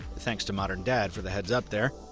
thanks to modern dad for the heads up there.